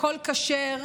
הכול כשר,